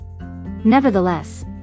nevertheless